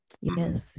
yes